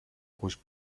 was